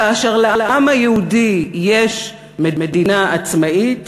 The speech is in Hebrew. כאשר לעם היהודי יש מדינה עצמאית,